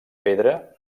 pedra